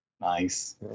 Nice